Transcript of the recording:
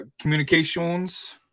Communications